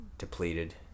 depleted